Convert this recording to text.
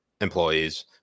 employees